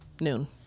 noon